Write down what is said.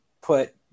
put